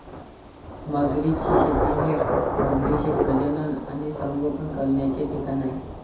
मगरींची शेती हे मगरींचे प्रजनन आणि संगोपन करण्याचे ठिकाण आहे